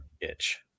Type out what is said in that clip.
itch